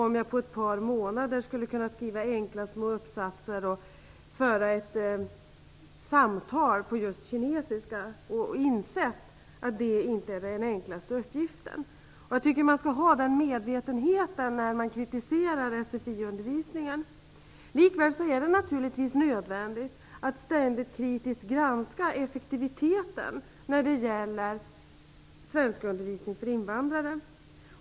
Skulle jag efter ett par månader kunna skriva enkla små uppsatser och föra ett samtal på kinesiska? Jag har insett att detta inte är den allra enklaste uppgift. Jag tycker att man skall ha denna medvetenhet när man kritiserar sfi-undervisningen. Likväl är det naturligtvis nödvändigt att ständigt kritiskt granska effektiviteten i svenskundervisningen för invandrare.